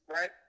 Right